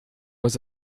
was